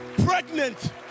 Pregnant